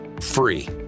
free